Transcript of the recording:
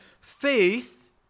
faith